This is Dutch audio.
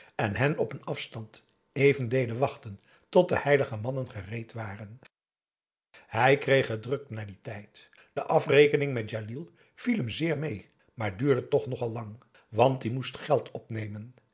en hen op een afstand even deden wachten tot de heilige mannen gereed waren hij kreeg het druk na dien tijd de afrekening met djalil viel hem zeer mee maar duurde toch nogal lang want die moest geld opnemen